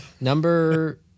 Number